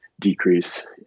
decrease